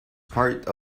part